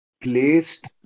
placed